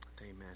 Amen